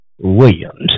Williams